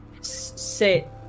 sit